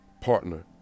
partner